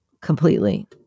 Completely